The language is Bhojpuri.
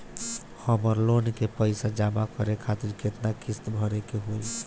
हमर लोन के पइसा जमा करे खातिर केतना किस्त भरे के होई?